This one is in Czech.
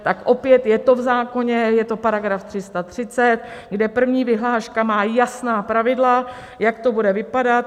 Tak opět je to v zákoně, je to § 330, kde první vyhláška má jasná pravidla, jak to bude vypadat.